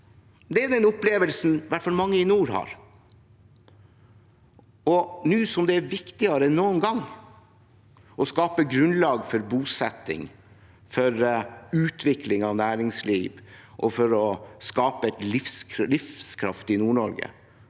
Det er den opplevelsen i hvert fall mange i nord har, og nå som det er viktigere enn noen gang å skape grunnlag for bosetting og utvikling av næringsliv, for å skape livskraft i Nord-Norge,